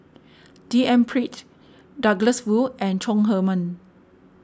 D N Pritt Douglas Foo and Chong Heman